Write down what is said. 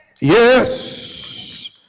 Yes